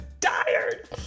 tired